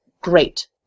Great